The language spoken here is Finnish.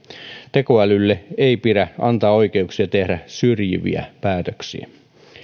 tekoälylle ei pidä antaa oikeuksia tehdä syrjiviä päätöksiä